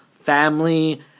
family